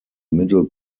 middle